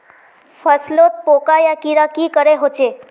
फसलोत पोका या कीड़ा की करे होचे?